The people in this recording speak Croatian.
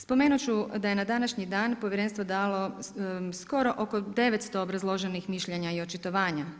Spomenut ću da je na današnji dan Povjerenstvo dalo skoro oko 900 obrazloženih mišljenja i očitovanja.